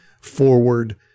forward